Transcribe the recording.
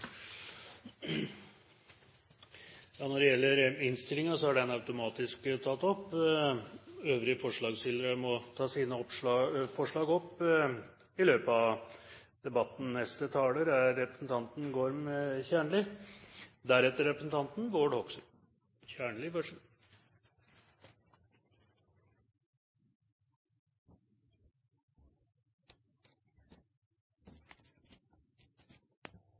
Når det gjelder innstillingen, er den automatisk tatt opp. Øvrige forslagsstillere må ta sine forslag opp i løpet av debatten.